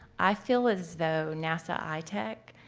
i feel as though nasa itech,